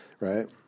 right